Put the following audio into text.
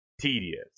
tedious